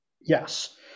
Yes